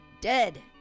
dead